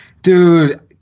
Dude